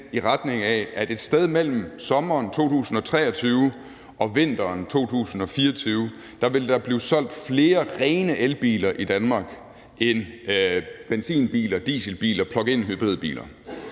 i retning af, at et sted mellem sommeren 2023 og vinteren 2024 vil der blive solgt flere rene elbiler i Danmark end benzinbiler, dieselbiler, plug-in hybridbiler.